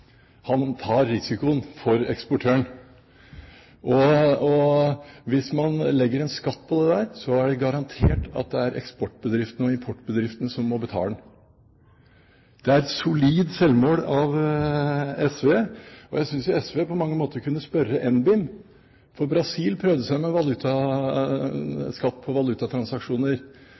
Han tar risikoen for eksportøren. Hvis man legger en skatt på dette, er det garantert at det er eksportbedriften og importbedriften som må betale. Det er et solid selvmål av SV, og jeg synes SV på mange måter kunne spørre NBIM, for Brasil prøvde seg med skatt på valutatransaksjoner,